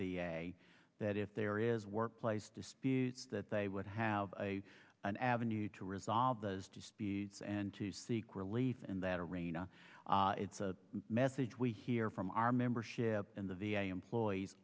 a that if there is workplace disputes that they would have a an avenue to resolve those two speeds and to seek relief and that arena it's a message we hear from our membership in the v a employees